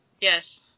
Yes